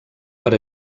per